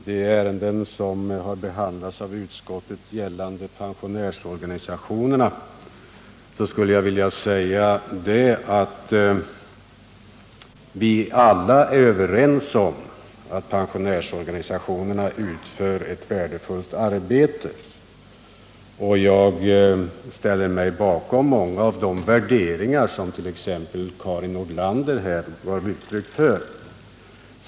Herr talman! För att börja med de motioner rörande pensionärsorganisationerna som har behandlats av utskottet skulle jag vilja säga att alla är överens om att pensionärsorganisationerna utför ett värdefullt arbete. Jag ställer mig bakom många av de värderingar som t.ex. Karin Nordlander här gav uttryck för.